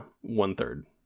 one-third